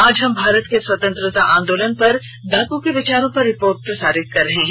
आज हम भारत के स्वतंत्रता आंदोलन पर बापू के विचारों पर रिपोर्ट प्रसारित कर रहे हैं